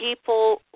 people